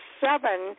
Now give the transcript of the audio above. seven